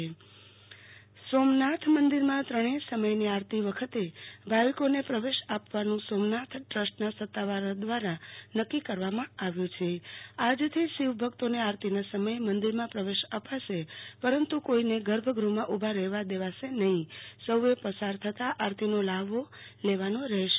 આરતી ભદ્દ સોમનાથ મંદિર સોમનાથ મંદિરમાં ત્રણેય સમયની આરતી વખતે ભાવિકોને પ્રવેશ આપવાનું સોમનાથ ટ્રસ્ટ સત્તાવાળાઓ દ્વારા નક્કી કરવામાં આવ્યું છેઆજથી શિવ ભક્તોને આરતીના સમયે મંદિરમાં પ્રવેશ અપાશે પરંતુ કોઈને ગર્ભગૃ હમાં ઊભા રહેવા દેવાશે નહીં સૌ એ પસાર થતાં થતાં આરતી નો લહાવો લેવાનો રહેશે